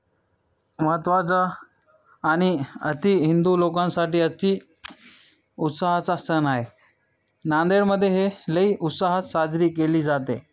महत्त्वाचा आणि अति हिंदू लोकांसाठी अति उत्साहाचा सण आहे नांदेडमध्ये हे लई उत्साहात साजरी केली जाते